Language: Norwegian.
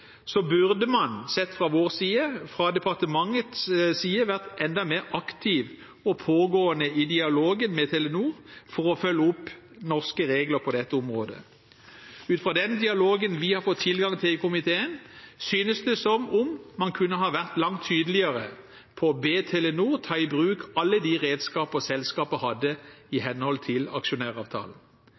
burde en, sett fra vår side, fra departementets side vært enda mer aktiv og pågående i dialogen med Telenor for å følge opp norske regler på dette området. Ut fra den dialogen vi har fått tilgang til i komiteen, synes det som om en kunne ha vært langt tydeligere på å be Telenor ta i bruk alle de redskaper selskapet hadde i henhold til aksjonæravtalen.